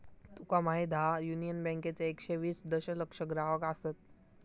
तुका माहीत हा, युनियन बँकेचे एकशे वीस दशलक्ष ग्राहक आसत